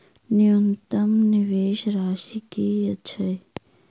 न्यूनतम निवेश राशि की छई?